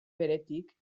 beretik